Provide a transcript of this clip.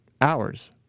hours